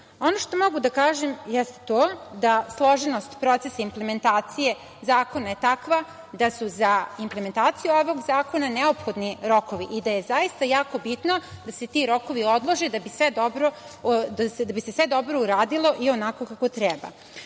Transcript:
što mogu da kažem jeste to da složenost procesa implementacije zakona je takva da su za implementaciju ovog zakona neophodni rokovi i da je zaista jako bitno da se ti rokovi odlože, da bi se sve dobro uradilo i onako kako